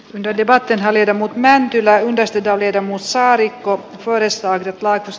ne debate halil mut mäntylä kestitä oli domus saarikko puolestaan laitos